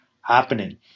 happening